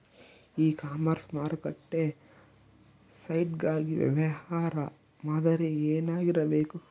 E commerce ಮಾರುಕಟ್ಟೆ site ಗಾಗಿ ವ್ಯವಹಾರ ಮಾದರಿ ಏನಾಗಿರಬೇಕು?